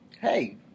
hey